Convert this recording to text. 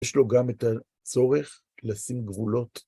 יש לו גם את הצורך לשים גבולות.